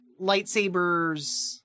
lightsabers